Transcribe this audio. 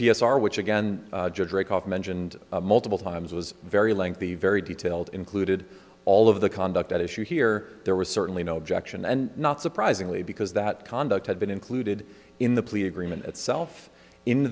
s r which again mentioned multiple times was very lengthy very detailed included all of the conduct at issue here there was certainly no objection and not surprisingly because that conduct had been included in the plea agreement itself in